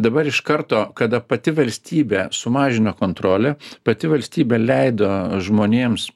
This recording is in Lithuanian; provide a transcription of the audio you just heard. dabar iš karto kada pati valstybė sumažino kontrolę pati valstybė leido žmonėms